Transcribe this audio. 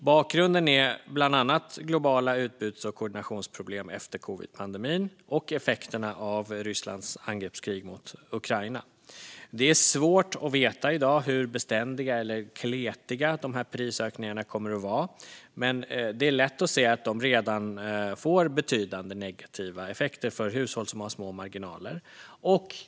Bakgrunden är bland annat globala utbuds och koordinationsproblem efter covidpandemin och effekterna av Rysslands angreppskrig mot Ukraina. Det är svårt att i dag veta hur beständiga eller "kletiga" prisökningarna kommer att vara, men det är lätt att se att de redan får betydande negativa effekter för hushåll som har små marginaler.